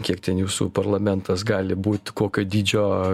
kiek ten jūsų parlamentas gali būt kokio dydžio